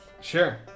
Sure